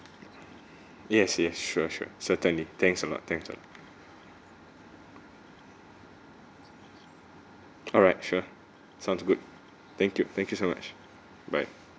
yes yes sure sure certainly thanks a lot thanks a lot alright sure sounds good thank you thank you so much bye